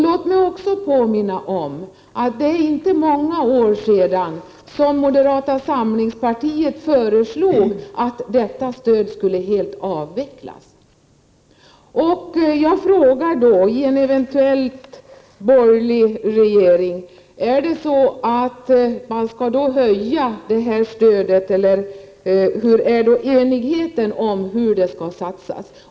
Det var inte så många år sedan som moderaterna föreslog att detta stöd helt skulle avvecklas. Får jag då fråga: Tänker ni, vid en eventuell borgerlig regering, öka detta stöd, eller hur är det med enigheten om hur pengarna skall satsas?